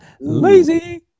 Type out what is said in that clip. lazy